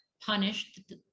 punished